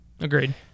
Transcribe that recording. Agreed